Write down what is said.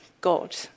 God